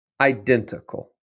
identical